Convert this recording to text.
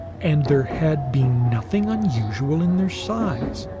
and there had been nothing unusual in their size.